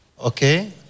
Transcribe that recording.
Okay